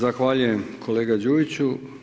Zahvaljujem kolega Đujiću.